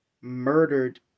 murdered